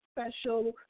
special